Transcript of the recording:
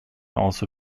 also